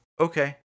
okay